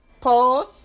Pause